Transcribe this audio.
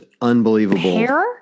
unbelievable